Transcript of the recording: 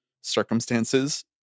circumstances